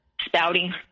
spouting